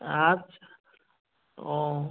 আচ্ছা ও